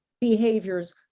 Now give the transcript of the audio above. behaviors